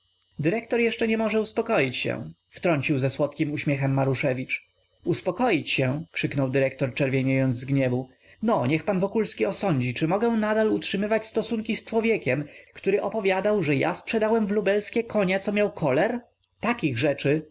dyrektor jeszcze nie może uspokoić się wtrącił ze słodkim uśmiechem maruszewicz uspokoić się krzyknął dyrektor czerwieniejąc z gniewu no niech pan wokulski osądzi czy mogę nadal utrzymywać stosunki z człowiekiem który opowiadał że ja sprzedałem w lubelskie konia co miał koler takich rzeczy